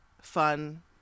fun